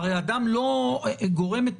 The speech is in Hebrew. בן אדם צריך לקבל מכם